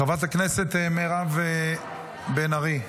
חברת הכנסת מירב בן ארי,